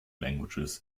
languages